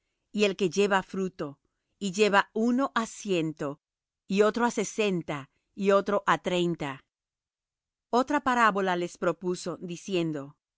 y el que lleva fruto y lleva uno á ciento y otro á sesenta y otro á treinta otra parábola les propuso diciendo